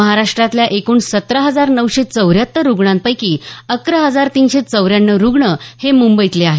महाराष्ट्रातल्या एकूण सतरा हजार नऊशे चौऱ्याहत्तर रुग्णांपैकी अकरा हजार तीनशे चौऱ्याण्णव रुग्ण हे मुंबईतले आहेत